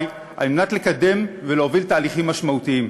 על מנת לקדם ולהוביל תהליכים משמעותיים,